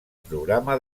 programa